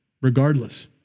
regardless